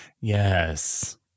Yes